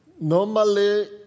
normally